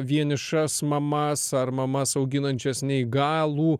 vienišas mamas ar mamas auginančias neįgalų